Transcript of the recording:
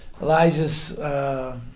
Elijah's